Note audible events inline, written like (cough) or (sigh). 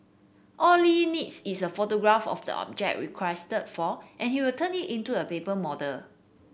all Li needs is a photograph of the object requested for and he will turn it into a paper (unintelligible)